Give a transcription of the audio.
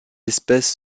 espèces